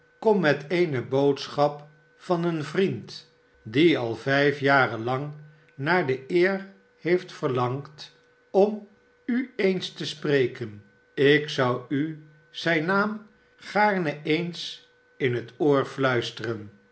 kom met eene boodschap van een vriend die al vijf jaren lang naar de eer heeft verlangd om u eens te spreken ik zou u zijn naam gaarne eens in het oor fluisteren